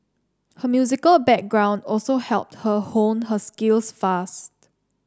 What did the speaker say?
her musical background also helped her hone her skills fast